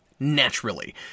naturally